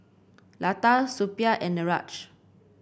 Lata Suppiah and Niraj